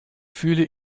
fühle